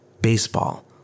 Baseball